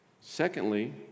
Secondly